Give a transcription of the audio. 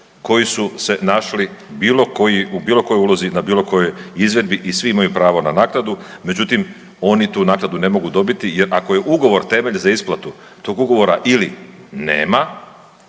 koji su se našli bilo koji, u bilo kojoj ulozi, na bilo kojoj izvedbi i svi imaju pravo na naknadu, međutim, oni tu naknadu ne mogu dobiti jer ako je ugovor temelj za isplatu, tog ugovora ili nema